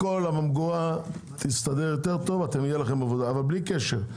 הממגורה תסתדר יותר טוב - תהיה לכם עבודה אבל בלי קשר,